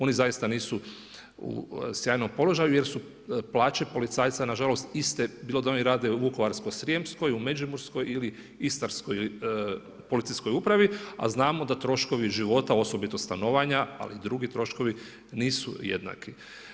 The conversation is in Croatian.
Oni zaista nisu u sjajnom položaju jel su plaće policajca nažalost iste bilo da oni rade u Vukovarsko-srijemskoj, u Međimurskoj ili Istarskoj policijskoj upravi, a znamo da troškovi života osobito stanovanja, ali i drugi troškovi nisu jednaki.